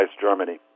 Germany